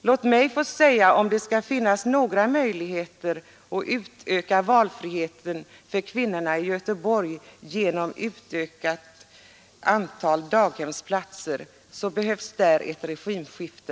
Låt mig få säga: Om det skall finnas några möjligheter att öka valfriheten för kvinnorna i Göteborg genom utökat antal daghemsplatser behövs där ett regimskifte!